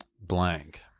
Blank